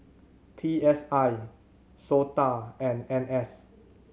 P S I SOTA and N S